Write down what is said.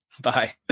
Bye